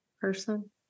person